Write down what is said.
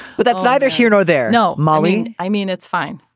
but that's neither here nor there no molly i mean it's fine.